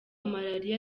malaria